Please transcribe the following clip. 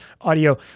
audio